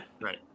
Right